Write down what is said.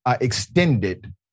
extended